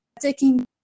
taking